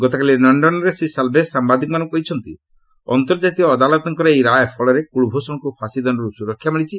ଗତକାଲି ଲଣ୍ଡନ୍ରେ ଶ୍ରୀ ସାଲ୍ଭେ ସାମ୍ବାଦିକମାନଙ୍କୁ କହିଛନ୍ତି ଅନ୍ତର୍ଜାତୀୟ ଅଦାଲତଙ୍କର ଏହି ରାୟ ଫଳରେ କଳଭ୍ଷଣଙ୍କୁ ଫାଶୀ ଦଶ୍ଚରୁ ସୁରକ୍ଷା ମିଳିଛି